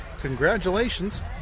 Congratulations